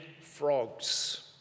frogs